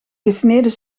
gesneden